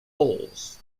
poles